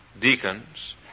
Deacons